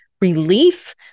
relief